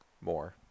more